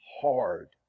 hard